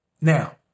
Now